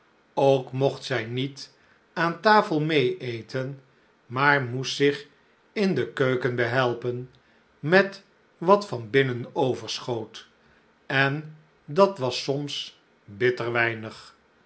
ook mogt zij niet aan tafel meê eten maar moest zich in de keuken behelpen met wat van binnen overschoot en dat was soms bitter weinig